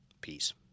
Peace